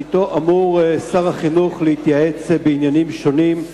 שאתו אמור שר החינוך להתייעץ בעניינים שונים,